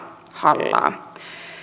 hallaa